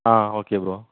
ah okay bro